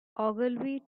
ogilvy